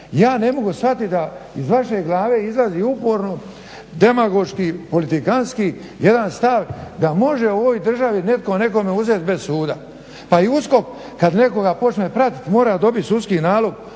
Ja ne mogu shvatiti da iz vaše glave izlazi uporno demagoški politikantski jedan stav da može u ovoj državi neko nekome uzeti bez suda. Pa i USKOK kada počne nekoga pratiti mora dobiti sudski nalog